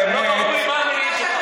אני הייתי מאוד זהיר,